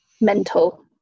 mental